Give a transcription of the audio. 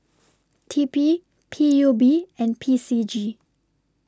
T P P U B and P C G